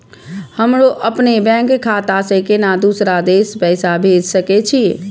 हमरो अपने बैंक खाता से केना दुसरा देश पैसा भेज सके छी?